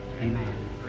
Amen